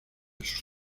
sus